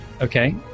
Okay